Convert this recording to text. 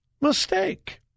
mistake